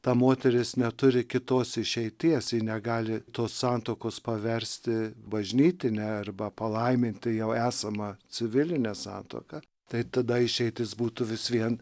ta moteris neturi kitos išeities ji negali tos santuokos paversti bažnytine arba palaiminti jau esamą civilinę santuoką tai tada išeitis būtų vis vien